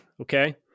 okay